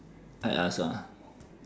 I ask ah